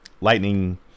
Lightning